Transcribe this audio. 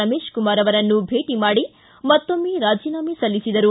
ರಮೇಶ್ಕುಮಾರ್ ಅವರನ್ನು ಭೇಟಿ ಮಾಡಿ ಮತ್ತೊಮ್ಮೆ ರಾಜೇನಾಮೆ ಸಲ್ಲಿಸಿದರು